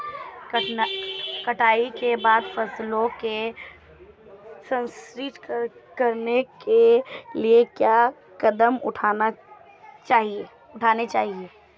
कटाई के बाद फसलों को संरक्षित करने के लिए क्या कदम उठाने चाहिए?